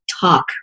talk